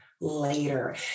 later